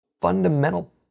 fundamental